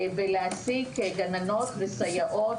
על מנת שיוכלו להעסיק גננות וסייעות,